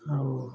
ଆଉ